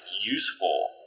useful